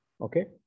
Okay